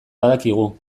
badakigu